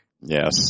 Yes